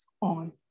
on